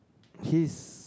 his